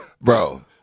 Bro